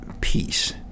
peace